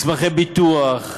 מסמכי ביטוח,